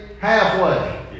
halfway